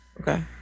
Okay